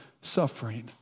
suffering